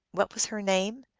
what was her name?